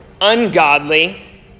ungodly